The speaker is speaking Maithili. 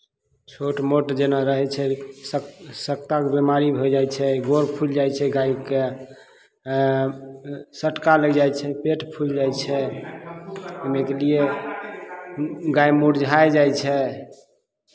छोट मोट जेना रहै छै सक सक्तक बेमारी होय जाइ छै गोर फुलि जाइ छै गायके सटका लागि जाइ छै पेट फुलि जाइ छै इने के लिए गाय मुरझाय जाइ छै